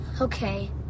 Okay